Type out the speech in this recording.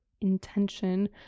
intention